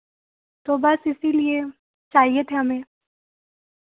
तो बस इसीलिए चाहिए थे हमें